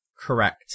Correct